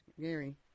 Gary